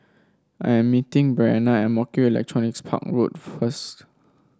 I am meeting Breanna at Mo Kio Electronics Park Road first